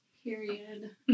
Period